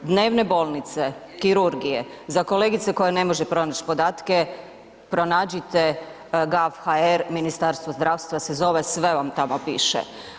Dnevne bolnice, kirurgije za kolegicu koja ne može pronaći podatke, pronađite gaf.hr Ministarstvo zdravstva se zove sve vam tamo piše.